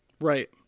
Right